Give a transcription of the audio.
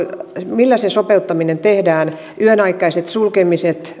millä se sopeuttaminen tehdään yön aikaisilla sulkemisilla